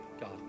God